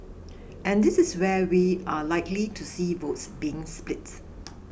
and this is where we are likely to see votes being split